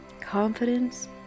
confidence